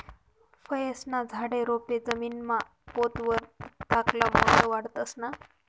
फयेस्ना झाडे, रोपे जमीनना पोत वर धाकला मोठा वाढतंस ना?